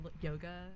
yoga